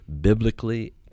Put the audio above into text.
biblically